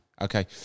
Okay